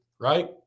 right